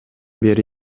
бери